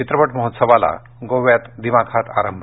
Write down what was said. चित्रपट महोत्सवाला गोव्यात दिमाखात आरंभ